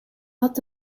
had